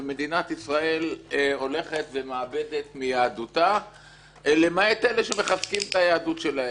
ומדינת ישראל הולכת ומאבדת מיהדותה למעט אלה שמחפשים את היהדות שלהם.